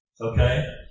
okay